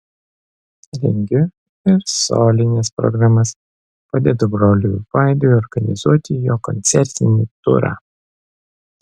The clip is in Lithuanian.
rengiu ir solines programas padedu broliui vaidui organizuoti jo koncertinį turą